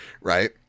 Right